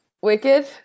Wicked –